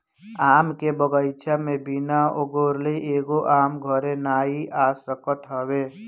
आम के बगीचा में बिना अगोरले एगो आम घरे नाइ आ सकत हवे